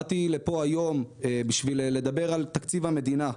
באתי לפה היום בשביל לדבר על תקציב המדינה.